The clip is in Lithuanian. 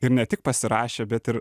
ir ne tik pasirašė bet ir